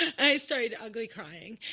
i started ugly crying.